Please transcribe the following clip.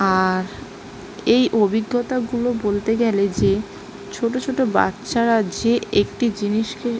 আর এই অভিজ্ঞতাগুলো বলতে গ্যালে যে ছোটো ছোটো বাচ্চারা যে একটি জিনিসকে